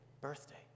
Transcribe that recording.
birthday